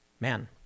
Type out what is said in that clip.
Man